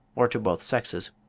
or to both sexes.